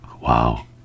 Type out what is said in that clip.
Wow